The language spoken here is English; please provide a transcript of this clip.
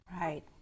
Right